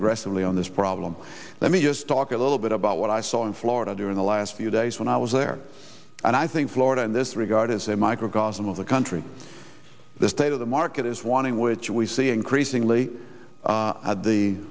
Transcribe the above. aggressively on this problem let me just talk a little bit about what i saw in florida during the last few days when i was there and i think florida in this regard is a microcosm of the country the state of the market is one in which we see increasingly at the